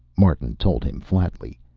martin told him flatly.